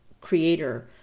creator